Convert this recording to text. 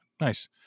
Nice